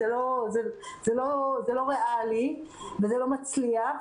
זה לא ריאלי וזה לא מצליח.